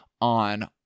on